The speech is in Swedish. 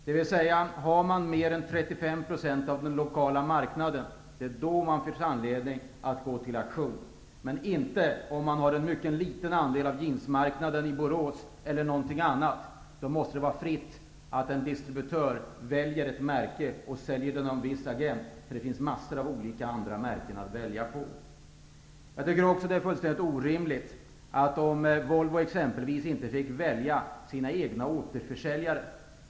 Om ett företag har mer än 35 % av den lokala marknaden finns det anledning att gå till aktion, däremot inte om ett företag har en liten andel av t.ex. jeansmarknaden i Borås. Då måste det vara fritt för en distributör att välja att sälja ett visst märke till en viss agent. Det finns ju mängder av andra märken att välja på. Det skulle vara fullständigt orimligt om exempelvis Volvo inte fick välja sina återförsäljare.